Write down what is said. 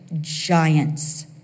giants